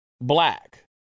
black